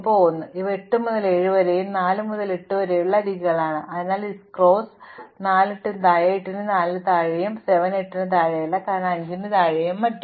അതിനാൽ ഇവ 8 മുതൽ 7 വരെയും 4 മുതൽ 8 വരെയുമുള്ള അരികുകളാണ് അതിനാൽ ഈ ക്രോസ് അതിനാൽ 4 8 ന് താഴെയോ 8 ന് 4 ന് താഴെയോ അല്ല 7 8 ന് താഴെയല്ല കാരണം 5 ന് താഴെയും മറ്റും